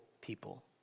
people